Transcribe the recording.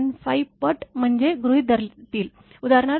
15 पट म्हणजे गृहित धरतील उदाहरणार्थ ट्रान्सफॉर्मर